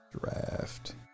Draft